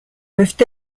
peuvent